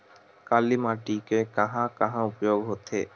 काली माटी के कहां कहा उपयोग होथे?